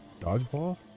Dodgeball